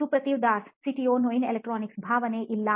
ಸುಪ್ರತಿವ್ Das CTO ನೋಯಿನ್ ಎಲೆಕ್ಟ್ರಾನಿಕ್ಸ್ಭಾವನೆ ಇಲ್ಲ